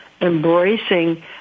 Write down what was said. embracing